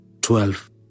twelve